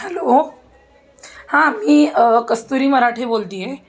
hello हां मी कस्तुरी मराठे बोलते आहे